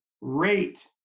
rate